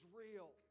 real